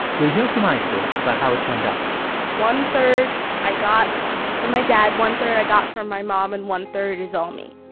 we'll hear from isis about how it turned out one-third, i got from my dad. one-third, i got from my mom. and one-third is all me